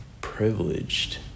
privileged